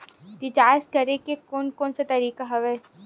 Recharge करे के कोन कोन से तरीका हवय?